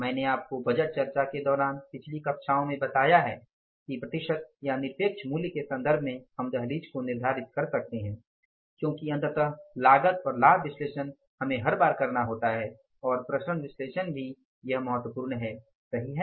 मैंने आपको बजट चर्चा के दौरान पिछली कक्षाओं में बताया है कि प्रतिशत या निरपेक्ष मूल्य के संदर्भ में हम दहलीज़ को निर्धारित कर सकते हैं क्योंकि अंततः लागत और लाभ विश्लेषण हमें हर बार करना होता है और विचरण विश्लेषण भी यह महत्वपूर्ण है सही है